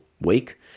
week